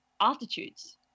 altitudes